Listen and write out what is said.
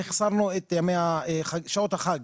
איך שמנו את שעות החג.